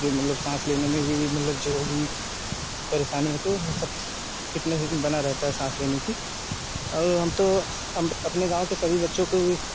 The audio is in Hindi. जो मतलब सांस लेने में भी मतलब जो भी परेशानी होती है वो सब फिटनेस बना रहता है सांस लेने से और हम तो अपने गाँव के सभी बच्चों को भी